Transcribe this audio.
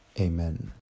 Amen